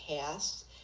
past